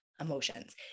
emotions